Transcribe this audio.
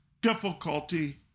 difficulty